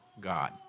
God